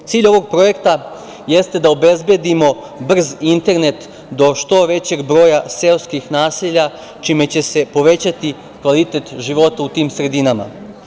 Cilj ovog projekta jeste da obezbedimo brz internet do što većeg broja seoskih naselja čime će se povećati kvalitet života u tim sredinama.